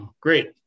Great